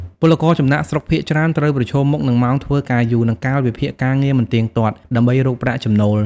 ពលករចំណាកស្រុកភាគច្រើនត្រូវប្រឈមមុខនឹង ម៉ោងធ្វើការយូរ និងកាលវិភាគការងារមិនទៀងទាត់ ដើម្បីរកប្រាក់ចំណូល ។